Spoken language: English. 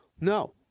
No